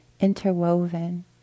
interwoven